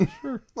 Sure